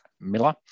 Miller